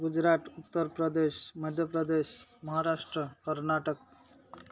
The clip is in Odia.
ଗୁଜୁରାଟ ଉତ୍ତରପ୍ରଦେଶ ମଧ୍ୟପ୍ରଦେଶ ମହାରାଷ୍ଟ୍ର କର୍ଣ୍ଣାଟକ